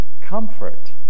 comfort